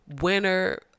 winner